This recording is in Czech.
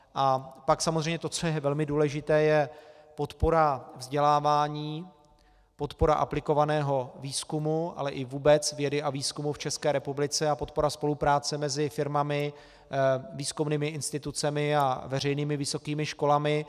A pak samozřejmě to, co je velmi důležité, je podpora vzdělávání, podpora aplikovaného výzkumu, ale i vůbec vědy a výzkumu v ČR a podpora spolupráce mezi firmami, výzkumnými institucemi a veřejnými vysokými školami.